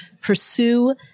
pursue